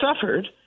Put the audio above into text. suffered